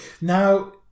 Now